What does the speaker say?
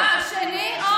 אה, השני?